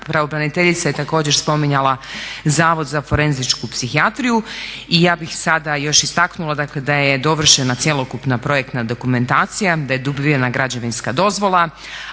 Pravobraniteljica je također spominjala Zavod za forenzičku psihijatriju i ja bih sada još istaknula dakle da je dovršena cjelokupna projektna dokumentacija, da je dobivena građevinska dozvola,